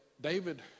David